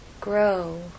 grow